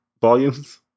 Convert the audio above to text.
volumes